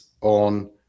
on